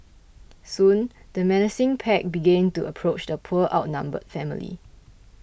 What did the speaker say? soon the menacing pack began to approach the poor outnumbered family